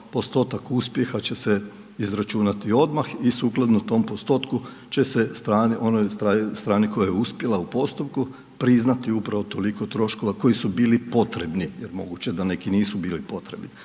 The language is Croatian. postotak uspjeha će se izračunati odmah i sukladno tom postotku, će se onoj strani koja je uspjela u postupku, priznati upravo toliko troškova koji su bili potrebni, jer moguće da neki nisu bili potrebni.